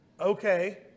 Okay